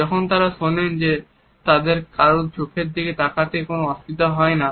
যখন তারা শোনেন তাদের কারোর চোখের দিকে তাকাতে কোন অসুবিধা হয় না